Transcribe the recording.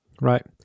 Right